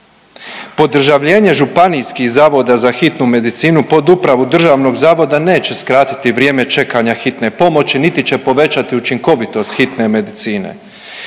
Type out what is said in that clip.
Podržavljenje županijskih zavoda za hitnu medicinu pod upravu državnog zavoda neće skratiti vrijeme čekanja hitne pomoći niti će povećati učinkovitost hitne medicine.